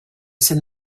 send